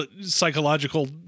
psychological